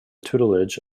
tutelage